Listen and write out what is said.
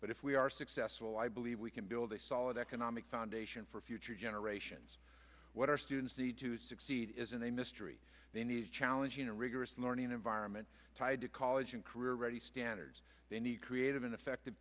but if we are successful i believe we can build a solid economic foundation for future generations what our students need to succeed is in a mystery they need challenge in a rigorous learning environment tied to college and career ready standards they need creative in